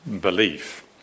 belief